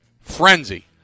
frenzy